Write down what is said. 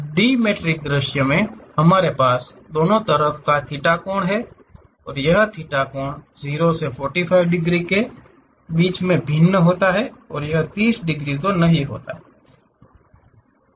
dimetric दृश्य में हमारे पास दोनों तरफ थीटा कोण है और यह थीटा कोण 0 से 45 डिग्री के बीच भिन्न होता है और यह 30 डिग्री नहीं है